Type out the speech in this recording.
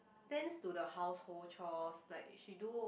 tends to the household chores like she do